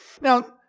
Now